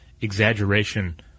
exaggeration